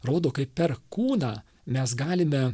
rodo kaip per kūną mes galime